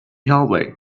hallway